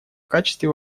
качестве